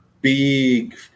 big